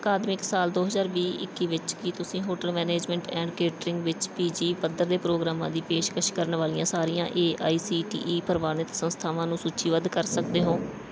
ਅਕਾਦਮਿਕ ਸਾਲ ਦੋ ਹਜ਼ਾਰ ਵੀਹ ਇੱਕੀ ਵਿੱਚ ਕੀ ਤੁਸੀਂ ਹੋਟਲ ਮੈਨੇਜਮੈਂਟ ਐਂਡ ਕੇਟਰਿੰਗ ਵਿੱਚ ਪੀ ਜੀ ਪੱਧਰ ਦੇ ਪ੍ਰੋਗਰਾਮਾਂ ਦੀ ਪੇਸ਼ਕਸ਼ ਕਰਨ ਵਾਲੀਆਂ ਸਾਰੀਆਂ A I C T E ਪ੍ਰਵਾਨਿਤ ਸੰਸਥਾਵਾਂ ਨੂੰ ਸੂਚੀਬੱਧ ਕਰ ਸਕਦੇ ਹੋ